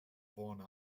vorne